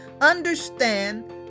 understand